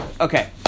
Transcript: Okay